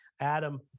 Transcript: adam